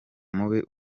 mubi